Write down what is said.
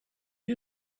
you